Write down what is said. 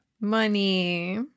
Money